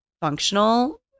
functional